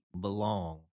belong